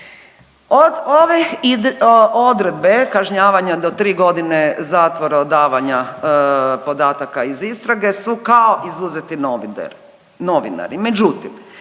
Od ove odredbe kažnjavanja do tri godine zatvora odavanja podataka iz istrage su kao izuzeti novinari,